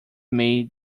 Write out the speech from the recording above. made